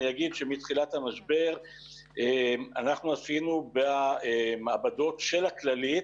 אני אגיד שמתחילת המשבר אנחנו עשינו במעבדות של הכללית